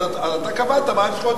אז אתה קבעת מהן זכויות,